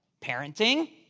Parenting